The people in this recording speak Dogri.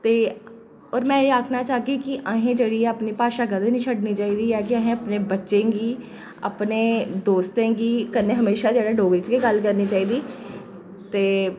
ते होर में एह् आखना चाह्ङ कि असें ई जेह्ड़ी ऐ अपनी भाशा कदें निं छुडनी चाहिदी ऐ कि असें अपने बच्चें गी अपने दोस्तें गी कन्नै हमेशा जेह्ड़ा डोगरी च गै गल्ल करनी चाहिदी ते